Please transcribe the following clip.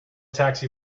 taxi